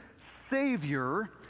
Savior